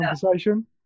conversation